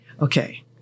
okay